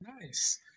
Nice